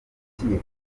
yireguye